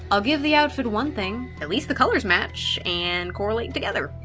i'll give the outfit one thing at least the colors match and correlate together.